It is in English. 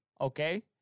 Okay